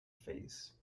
phase